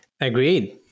Agreed